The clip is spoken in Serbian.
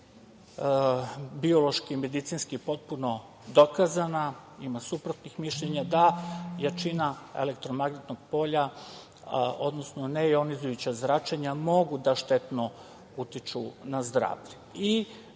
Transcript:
biološki i medicinski potpuno dokazana, ima suprotnih mišljenja, da jačina elektromagnetnog polja, odnosno nejonizujuća zračenja mogu da štetno utiču na zdravlje. Vidim